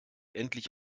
endlich